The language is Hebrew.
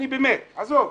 עזוב,